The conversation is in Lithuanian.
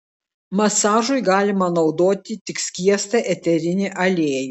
masažui galima naudoti tik skiestą eterinį aliejų